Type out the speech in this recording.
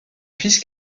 fils